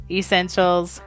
essentials